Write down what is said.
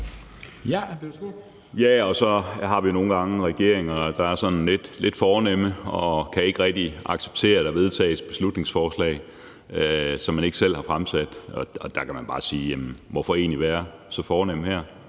(DF): Så har vi jo nogle gange regeringer, der er sådan lidt fornemme og ikke rigtig kan acceptere, at der vedtages beslutningsforslag, som man ikke selv har fremsat. Der kan man bare sige: Hvorfor egentlig være så fornem her?